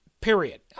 Period